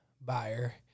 buyer